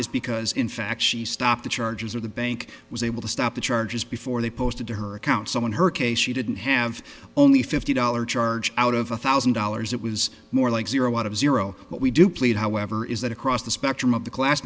is because in fact she stopped the charges or the bank was able to stop the charges before they posted her account someone her case she didn't have only fifty dollars charge out of a thousand dollars that was more like zero out of zero but we do plead however is that across the spectrum of the class